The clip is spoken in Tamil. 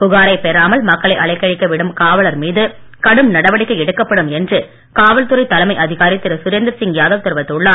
புகாரைப் பெறாமல் மக்களை அலைகழிக்க விடும் காவலர் மீது கடும் நடவடிக்கை எடுக்கப்படும் என்று காவல்துறை தலைமை அதிகாரி திரு சுரேந்தர்சிங் யாதவ் தெரிவித்துள்ளார்